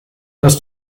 das